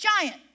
giant